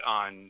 on